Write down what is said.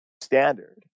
standard